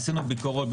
עשינו ביקורות,